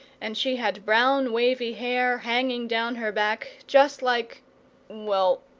and she had brown wavy hair, hanging down her back, just like well,